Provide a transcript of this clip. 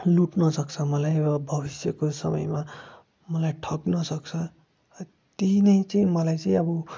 लुट्नु सक्छ मलाई भविष्यको समयमा मलाई ठग्न सक्छ त्यही नै चाहिँ मलाई चाहिँ अब